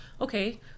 okay